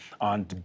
on